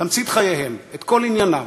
תמצית חייהם, את כל עניינם.